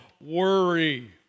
worry